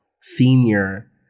senior